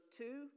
two